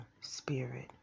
spirit